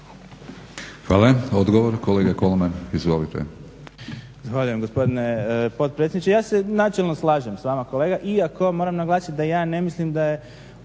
Hvala. Odgovor, kolega Kolman. Izvolite.